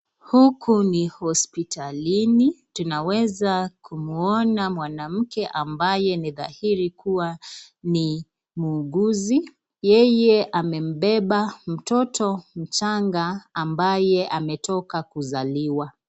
Huku ni hospitalini tunaweza kumuona mwanamke ambaye ni dhairi kuwa ni muuguzi yeye amembeba mtoto mchanga ambaye ametoka kuzaliwa.